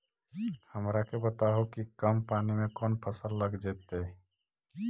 हमरा के बताहु कि कम पानी में कौन फसल लग जैतइ?